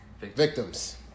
Victims